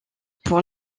pour